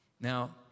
Now